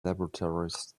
laboratories